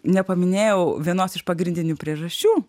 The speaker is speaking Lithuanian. nepaminėjau vienos iš pagrindinių priežasčių